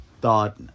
thought